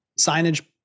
signage